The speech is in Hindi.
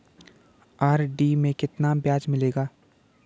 आर.डी में कितना ब्याज मिलेगा?